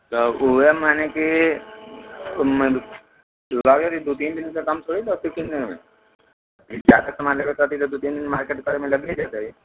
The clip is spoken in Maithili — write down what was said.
राखू उएह मनेकि दू तीन दिनसँ कम थोड़े ने लगतै किनयमे ज्यादा समान लेबयके रहतै तऽ दू तीन दिन मार्केट करैमे लग ही जेतै